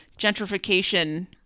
gentrification